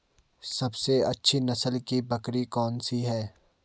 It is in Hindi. सबसे अच्छी नस्ल की बकरी कौन सी है?